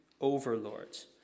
overlords